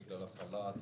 בגלל החל"ת וכו'?